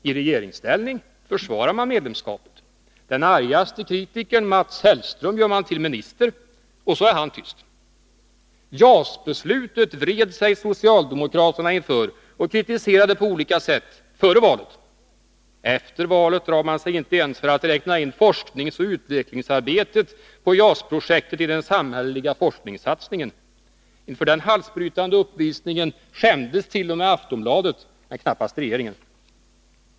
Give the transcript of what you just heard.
I regeringsställning försvarar man medlemskapet. Den argaste kritikern, Mats Hellström, gör man till minister. Och så är han tyst. JAS-beslutet vred sig socialdemokraterna inför och kritiserade det på olika sätt före valet. Efter valet drar man sig inte ens för att räkna in forskningsoch utvecklingsarbetet på JAS-projektet i den samhälleliga forskningssatsningen. Inför den halsbrytande uppvisningen skämdes t.o.m. Aftonbladet, men knappast regeringen.